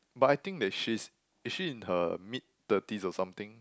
but I think that she's is she in her mid thirties or something